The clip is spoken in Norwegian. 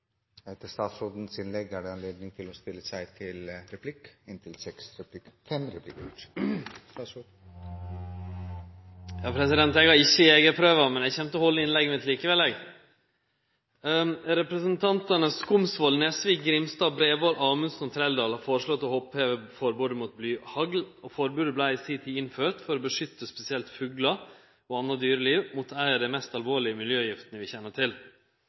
har ikkje jegerprøva, men eg kjem til å halde innlegget mitt likevel. Representantane Skumsvoll, Nesvik, Grimstad, Bredvold, Amundsen og Trældal har foreslått å oppheve forbodet mot blyhagl. Forbodet vart i si tid innført for å beskytte spesielt fuglar og anna dyreliv mot ei av dei mest alvorlege miljøgiftene vi kjenner til.